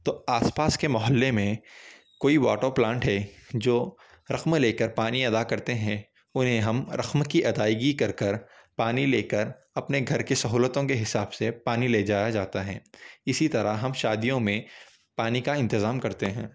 تو آس پاس کے محلے میں کوئی واٹر پلانٹ ہے جو رقم لے کر پانی ادا کرتے ہیں انہیں ہم رقم کی ادائیگی کر کر پانی لے کر اپنے گھر کی سہولتوں کے حساب سے پانی لے جایا جاتا ہے اسی طرح ہم شادیوں میں پانی کا انتظام کرتے ہیں